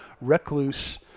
Recluse